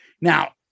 Now